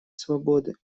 свободы